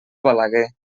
balaguer